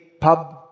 pub